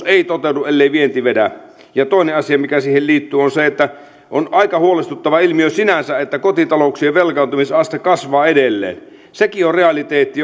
ei toteudu ellei vienti vedä toinen asia mikä siihen liittyy on se että on aika huolestuttava ilmiö sinänsä että kotitalouksien velkaantumisaste kasvaa edelleen sekin on realiteetti